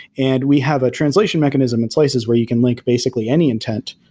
and we have a translation mechanism in slices where you can link basically any intent,